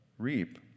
reap